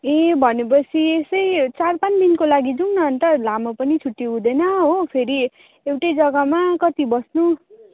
ए भनेपछि यसै चार पाँच दिनको लागि जाउँ न अन्त लामो पनि छुट्टी हुँदैन हो फेरि एउटै जग्गामा कत्ति बस्नु